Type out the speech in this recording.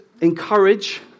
encourage